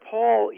Paul